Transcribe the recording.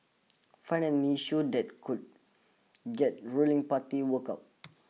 find an issue that could get ruling party work up